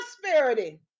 prosperity